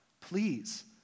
please